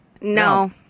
No